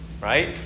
Right